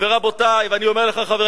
זה לא נכון.